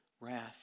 wrath